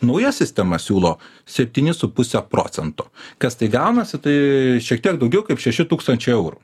nauja sistema siūlo septyni su puse procento kas tai gaunasi tai šiek tiek daugiau kaip šeši tūkstančiai eurų